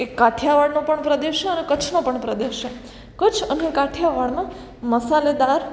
એ કાઠિયાવાડનો પણ પ્રદેશ છે અને કચ્છનો પણ પ્રદેશ છે કચ્છ અને કાઠિયાવાડમાં મસાલેદાર